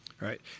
Right